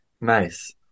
Nice